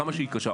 כמה שהיא קשה,